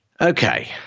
Okay